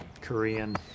Korean